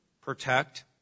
protect